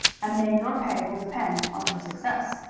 and then your pay will depend on your success.